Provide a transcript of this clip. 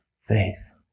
faith